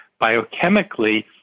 biochemically